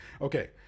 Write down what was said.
Okay